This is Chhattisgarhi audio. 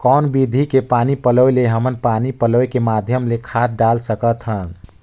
कौन विधि के पानी पलोय ले हमन पानी पलोय के माध्यम ले खाद डाल सकत हन?